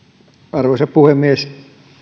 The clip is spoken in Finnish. arvoisa puhemies